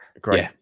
great